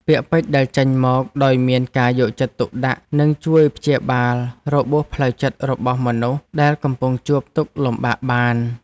ពាក្យពេចន៍ដែលចេញមកដោយមានការយកចិត្តទុកដាក់នឹងជួយព្យាបាលរបួសផ្លូវចិត្តរបស់មនុស្សដែលកំពុងជួបទុក្ខលំបាកបាន។